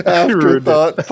afterthought